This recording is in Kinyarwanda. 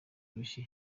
urushyi